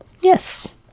Yes